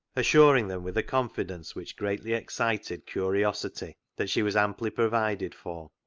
assuring them with a confidence which greatly excited curiosity that she was amply provided for.